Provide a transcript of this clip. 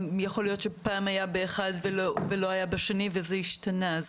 יכול להיות שפעם היה באחד ולא היה בשני וזה השתנה.